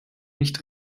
nicht